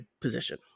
position